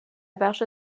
بخش